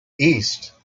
east